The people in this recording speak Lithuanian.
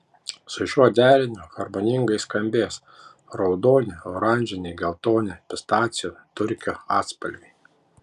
su šiuo deriniu harmoningai skambės raudoni oranžiniai geltoni pistacijų turkio atspalviai